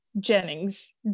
Jennings